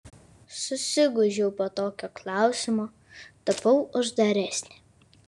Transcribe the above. susigūžiau po tokio klausimo tapau uždaresnė